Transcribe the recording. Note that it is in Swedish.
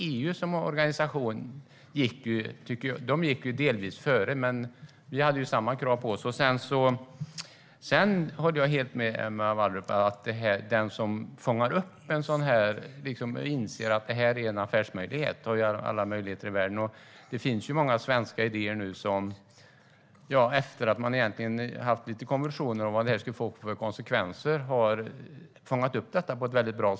EU som organisation gick delvis före, men vi hade samma krav på oss. Sedan håller jag helt med Emma Wallrup om att den som fångar upp det här och inser att det är en affärsmöjlighet har alla möjligheter i världen. Det finns nu många svenska idéer som har fångat upp detta på ett väldigt bra sätt, egentligen efter vissa konvulsioner gällande konsekvenserna.